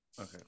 Okay